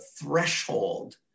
threshold